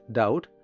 doubt